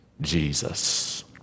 Jesus